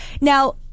Now